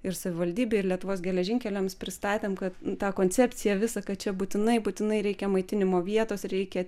ir savivaldybei ir lietuvos geležinkeliams pristatėm kad tą koncepciją visą kad čia būtinai būtinai reikia maitinimo vietos ir reikia